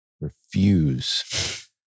Refuse